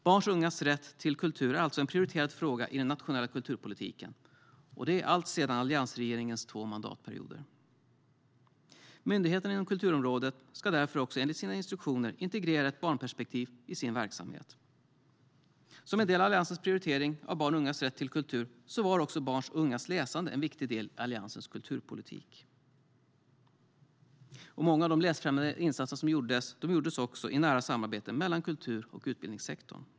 Barns och ungas rätt till kultur är alltså en prioriterad fråga i den nationella kulturpolitiken - och det alltsedan alliansregeringens två mandatperioder. Myndigheterna inom kulturområdet ska därför enligt sina instruktioner också integrera ett barnperspektiv i sin verksamhet. Som en del i Alliansens prioritering av barns och ungas rätt till kultur var också barns och ungas läsande en viktig del i Alliansens kulturpolitik. Många av de läsfrämjande insatserna gjordes i nära samarbete mellan kultursektorn och utbildningssektorn.